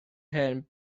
hen